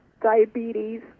diabetes